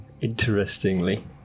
interestingly